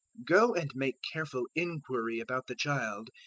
go and make careful inquiry about the child,